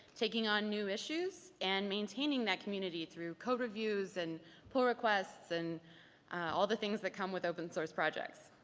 taking on new issues and maintaining that community through co-reviews and poll requests, and all the things that come with open-source projects.